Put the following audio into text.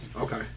Okay